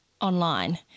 online